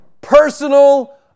personal